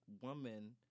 woman